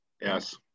yes